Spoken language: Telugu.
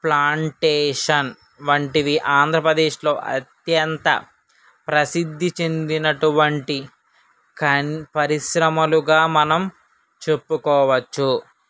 ప్లాంటేషన్ వంటివి ఆంధ్రప్రదేశ్లో అత్యంత ప్రసిద్ధి చెందినటువంటి కన్ పరిశ్రమలుగా మనం చెప్పుకోవచ్చు